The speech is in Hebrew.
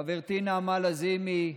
חברתי נעמה לזימי,